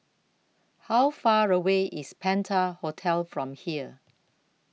How Far away IS Penta Hotel from here